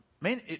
man